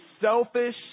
selfish